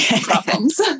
problems